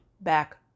back